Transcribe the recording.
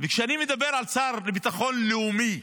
כשאני מדבר על השר לביטחון לאומי,